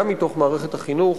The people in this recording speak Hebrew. גם מתוך מערכת החינוך,